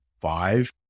five